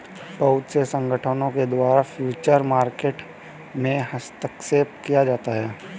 बहुत से संगठनों के द्वारा फ्यूचर मार्केट में हस्तक्षेप किया जाता है